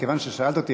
מכיוון ששאלת אותי,